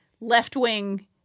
left-wing